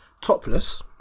topless